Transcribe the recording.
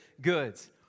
goods